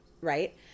Right